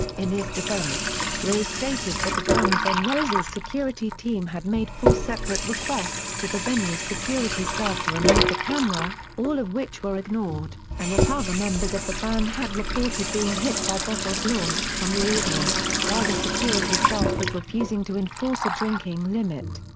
in his defense, rose stated that the guns n' and roses security team had made four separate requests to the venue's security staff to remove the camera, all of which were ignored, and that other members of the band had reported being hit by bottles launched from the audience, while the security staff was refusing to enforce a drinking limit.